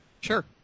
Sure